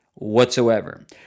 whatsoever